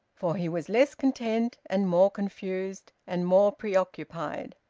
for he was less content and more confused, and more preoccupied.